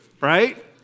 right